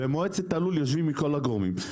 במועצת הלול יושבים מכל הגורמים.